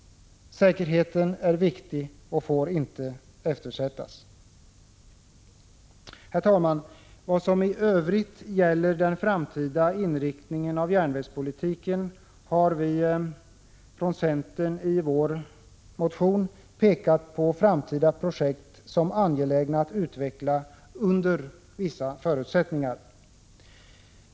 Säkerheten får inte eftersättas. Herr talman! Vad i övrigt gäller den framtida inriktningen av järnvägspolitiken har vi i centerns motion pekat på framtida projekt som är angelägna att utveckla under vissa förutsättningar.